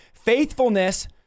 faithfulness